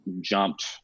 jumped